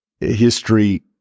history